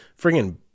Friggin